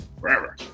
forever